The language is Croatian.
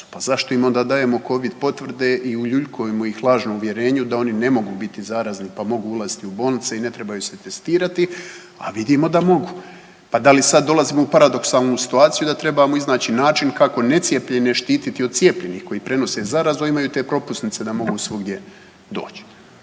Pa zašto im onda dajemo covid potvrde i uljuljkujemo ih lažno u uvjerenju da oni ne mogu biti zarazni pa mogu ulaziti u bolnice i ne trebaju se testirati, a vidimo da mogu. Pa da li sada dolazimo u paradoksalnu situaciju da trebamo iznaći način kako necijepljene štititi od cijepljenih koji prenose zarazu, a imaju te propusnice da mogu svugdje doć?